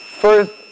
First